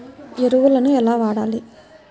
ఎరువులను ఎలా వాడాలి?